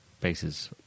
bases